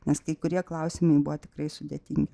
nes kai kurie klausimai buvo tikrai sudėtingi